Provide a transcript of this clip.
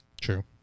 True